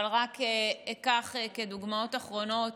אבל רק אקח, כדוגמאות אחרונות,